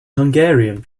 hungarian